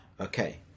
Okay